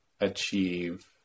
achieve